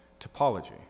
Topology